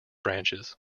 branches